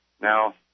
Now